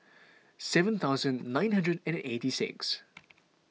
seven thousand nine hundred and eighty six